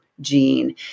gene